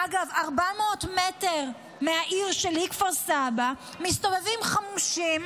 אגב, 400 מטר מהעיר שלי כפר סבא מסתובבים חמושים,